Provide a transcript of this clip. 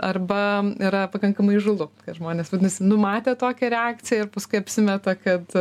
arba yra pakankamai įžūlu kad žmonės vadinasi numatė tokią reakciją ir paskui apsimeta kad